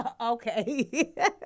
Okay